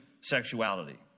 sexuality